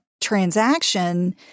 transaction